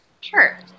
Sure